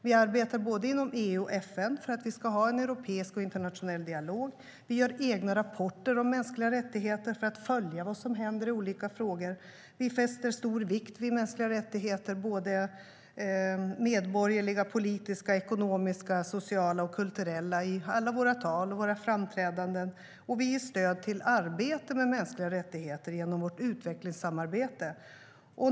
Vi arbetar inom både EU och FN för att vi ska ha en europeisk och internationell dialog. Vi gör egna rapporter om mänskliga rättigheter för att följa vad som händer i olika frågor. Vi fäster stor vikt vid mänskliga rättigheter - medborgerliga, politiska, ekonomiska, sociala och kulturella rättigheter - i alla våra tal och våra framträdanden. Vi ger stöd till arbete med mänskliga rättigheter genom vårt utvecklingssamarbete.